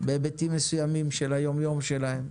בהיבטים מסוימים של היום יום שלהן.